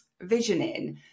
visioning